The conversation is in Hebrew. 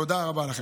תודה רבה לכם.